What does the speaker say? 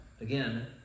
again